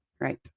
Right